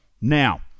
Now